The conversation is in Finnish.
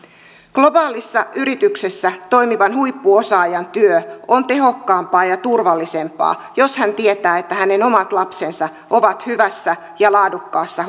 globaalissa yrityksessä toimivan huippuosaajan työ on tehokkaampaa ja turvallisempaa jos hän tietää että hänen omat lapsensa ovat hyvässä ja laadukkaassa